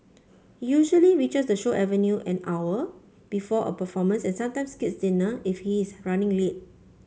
he usually reaches the show avenue an hour before a performance and sometimes skips dinner if he is running late